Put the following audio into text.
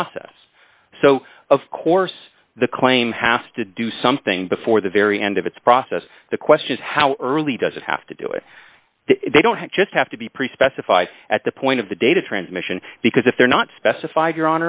process so of course the claim has to do something before the very end of its process the question is how early does it have to do it they don't just have to be pre specified at the point of the data transmission because if they're not specified your